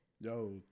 Yo